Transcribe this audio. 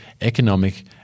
economic